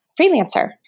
freelancer